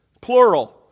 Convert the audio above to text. plural